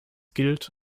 gilt